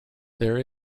there